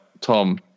Tom